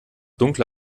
dunkle